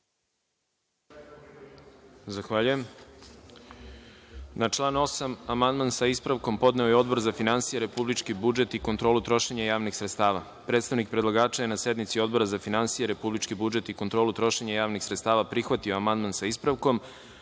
Zahvaljujem. Na član 8. amandman sa ispravkom podneo je Odbor za finansije, republički budžet i kontrolu trošenja javnih sredstava. Predstavnik predlagača je na sednici Odbora za finansije, republički budžet i kontrolu trošenja javnih sredstava prihvatio amandman sa ispravkom. Odbor